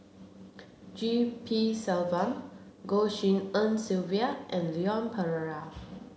G P Selvam Goh Tshin En Sylvia and Leon Perera